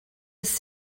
has